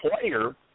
player